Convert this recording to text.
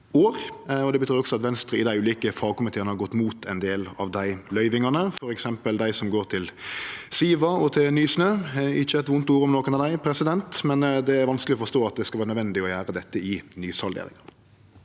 Det betyr også at Venstre i dei ulike fagkomiteane har gått imot ein del av dei løyvingane, f.eks. dei som går til Siva og til Nysnø. Ikkje eit vondt ord om nokon av dei, men det er vanskeleg å forstå at det skal vere nødvendig å gjere dette i nysalderinga.